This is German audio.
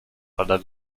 aller